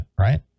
right